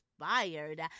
inspired